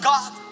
God